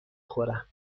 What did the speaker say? خورم